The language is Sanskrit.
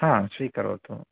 हा स्वीकरोतु